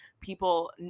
people